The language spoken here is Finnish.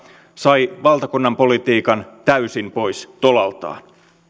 sai valtakunnan politiikan täysin pois tolaltaan